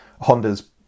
Honda's